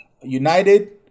United